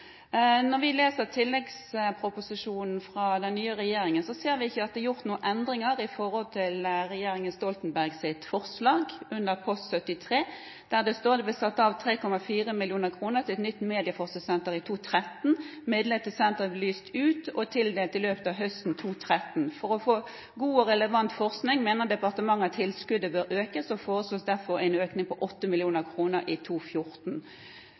er gjort noen endringer i forhold til regjeringen Stoltenbergs forslag under Post 73, der det står: «Det ble satt av 3,4 mill. kroner til et nytt medieforskningssenter i 2013. Midlene til senteret vil bli lyst ut og tildelt i løpet av høsten 2013. For å få god og relevant forskning mener departementet at tilskuddet bør økes, og foreslår derfor en økning til 8 mill. kroner i